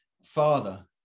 father